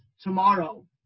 tomorrow